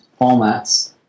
formats